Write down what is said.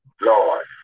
Lord